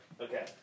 Okay